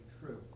true